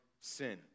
sin